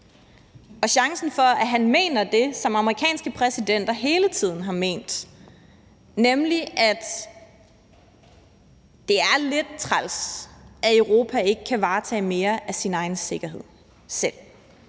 og chancen for, at han mener det, som amerikanske præsidenter hele tiden har ment, er stor, nemlig at det er lidt træls, at Europa ikke kan varetage mere af sin egen sikkerhed selv,